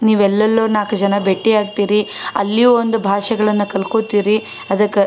ನೀವು ಎಲ್ಲೆಲ್ಲೋ ನಾಲ್ಕು ಜನ ಭೇಟಿ ಆಗ್ತೀರಿ ಅಲ್ಲಿ ಒಂದು ಭಾಷೆಗಳನ್ನು ಕಲ್ಕೊತೀರಿ ಅದಕ್ಕೆ